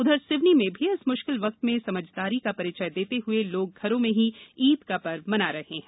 उधर सिवनी में भी इस म्श्किल वक्त में समझदारी का परिचय देते हए घरों में ही ईद का पर्व मना रहे हैं